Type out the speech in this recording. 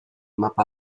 mapa